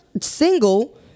single